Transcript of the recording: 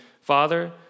Father